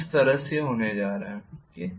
इस तरह से यह होने जा रहा है